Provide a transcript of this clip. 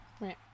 Right